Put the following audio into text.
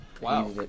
Wow